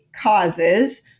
causes